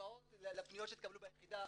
לפניות שהתקבלו ביחידה.